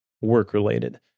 work-related